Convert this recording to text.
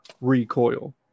recoil